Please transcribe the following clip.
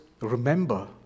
remember